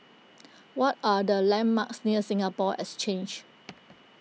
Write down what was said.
what are the landmarks near Singapore Exchange